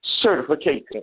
certification